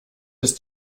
ist